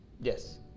Yes